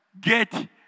get